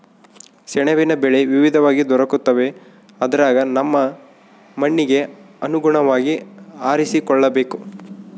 ಸೆಣಬಿನ ಬೆಳೆ ವಿವಿಧವಾಗಿ ದೊರಕುತ್ತವೆ ಅದರಗ ನಮ್ಮ ಮಣ್ಣಿಗೆ ಅನುಗುಣವಾಗಿ ಆರಿಸಿಕೊಳ್ಳಬೇಕು